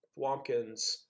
Wompkins